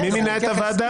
מי מינה את הוועדה?